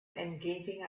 engaging